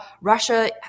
Russia